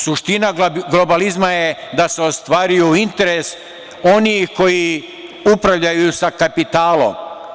Suština globalizma je da se ostvaruje interes onih koji upravljaju sa kapitalom.